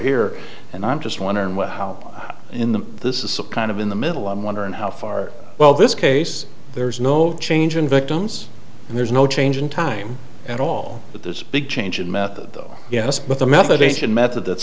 here and i'm just wondering what in the this is kind of in the middle i'm wondering how far well this case there's no change in victims and there's no change in time at all but there's a big change in method though yes but the method asian method that